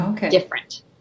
different